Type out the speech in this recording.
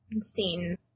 scenes